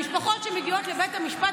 המשפחות מגיעות לבית המשפט,